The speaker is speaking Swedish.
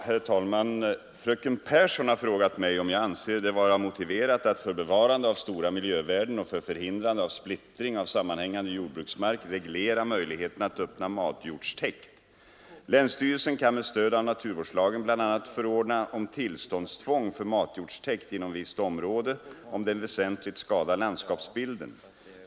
Herr talman! Fröken Pehrsson har frågat mig om jag anser det vara motiverat att för bevarande av stora miljövärden och för förhindrande av splittring av sammanhängande jordbruksmark reglera möjligheten att öppna matjordstäkt. Länsstyrelsen kan med stöd av naturvårdslagen bl.a. förordna om tillståndstvång för matjordstäkt inom visst område, om den väsentligt skadar landskapsbilden.